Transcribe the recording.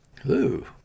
Hello